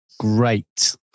great